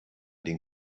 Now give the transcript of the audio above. den